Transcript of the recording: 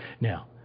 Now